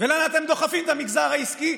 ולאן אתם דוחפים את המגזר העסקי,